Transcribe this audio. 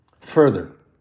further